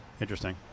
Interesting